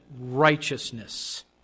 righteousness